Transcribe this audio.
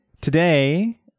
Today